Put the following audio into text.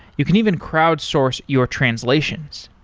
you can even crowd source your translations.